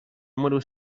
número